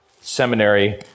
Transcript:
Seminary